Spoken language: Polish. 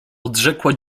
odrzekła